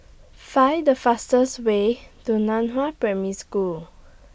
Find The fastest Way to NAN Hua Primary School